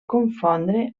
confondre